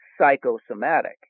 psychosomatic